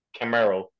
Camaro